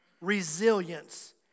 resilience